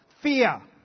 fear